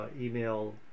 email